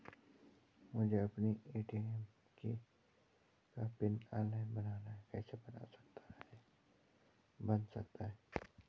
मुझे अपना ए.टी.एम का पिन ऑनलाइन बनाना है कैसे बन सकता है?